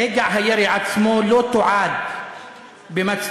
רגע הירי עצמו לא תועד במצלמה,